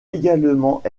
également